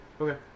Okay